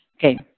Okay